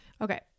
Okay